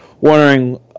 wondering